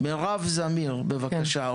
עו"ד מירב זמיר, בבקשה.